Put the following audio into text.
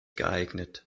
geeignet